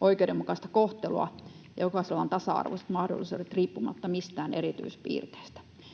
oikeudenmukaista kohtelua ja jokaisella on tasa-arvoiset mahdollisuudet riippumatta mistään erityispiirteestä.